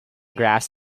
graphs